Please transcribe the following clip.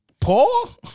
Paul